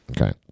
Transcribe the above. Okay